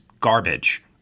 garbage